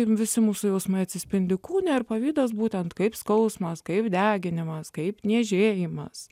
visi mūsų jausmai atsispindi kūne ar pavydas būtent kaip skausmas kaip deginimas kaip niežėjimas